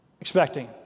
expecting